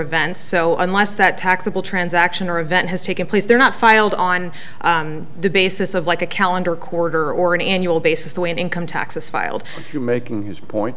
events so unless that taxable transaction or event has taken place they're not filed on the basis of like a calendar quarter or an annual basis the income taxes filed making his point